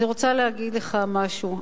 אני רוצה להגיד לך משהו.